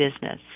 business